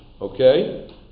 Okay